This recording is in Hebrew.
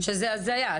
שזו הזיה.